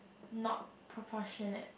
not proportionate